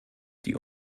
die